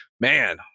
man